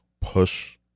push